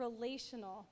relational